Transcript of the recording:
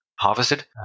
harvested